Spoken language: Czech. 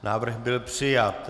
Návrh byl přijat.